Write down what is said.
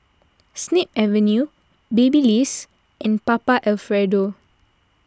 Snip Avenue Babyliss and Papa Alfredo